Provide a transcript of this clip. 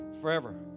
forever